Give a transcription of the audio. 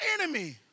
enemy